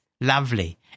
lovely